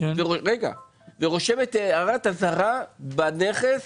ורושמת הערת אזהרה בנכס,